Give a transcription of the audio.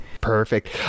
Perfect